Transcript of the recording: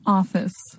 office